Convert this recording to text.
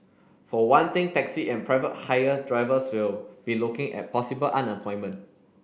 for one thing taxi and private hire drivers will be looking at possible unemployment